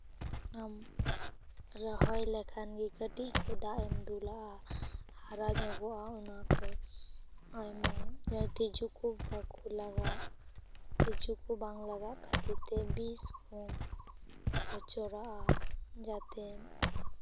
ᱚᱱᱟᱢ ᱨᱚᱦᱚᱭ ᱞᱮᱠᱷᱟᱱ ᱜᱮ ᱠᱟᱹᱴᱤᱡ ᱠᱷᱚᱱ ᱫᱟᱜ ᱮᱢ ᱫᱩᱞᱟᱜᱼᱟ ᱦᱟᱨᱟ ᱧᱚᱜᱚᱜᱼᱟ ᱚᱱᱟ ᱠᱚ ᱟᱭᱢᱟ ᱡᱟᱦᱟᱱ ᱛᱤᱡᱩ ᱠᱚ ᱵᱟᱠᱚ ᱞᱟᱜᱟᱜ ᱛᱤᱡᱩ ᱠᱚ ᱵᱟᱝ ᱞᱟᱜᱟᱜ ᱠᱷᱟᱹᱛᱤᱨ ᱛᱮ ᱵᱤᱥ ᱠᱚᱢ ᱯᱚᱪᱚᱨᱟᱜᱼᱟ ᱡᱟᱛᱮ